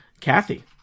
Kathy